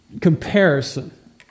comparison